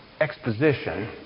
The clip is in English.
exposition